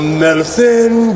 medicine